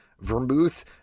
vermouth